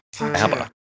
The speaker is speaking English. ABBA